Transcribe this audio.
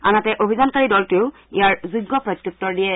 আনহাতে অভিযানকাৰী দলটোৱেও ইয়াৰ যোগ্য প্ৰত্যুত্তৰ দিয়ে